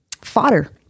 fodder